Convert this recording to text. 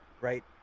right